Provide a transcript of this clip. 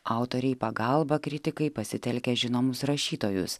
autorė į pagalbą kritikai pasitelkia žinomus rašytojus